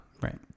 Right